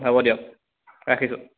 হ'ব দিয়ক ৰাখিছোঁ